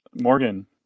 Morgan